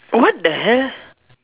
what the hell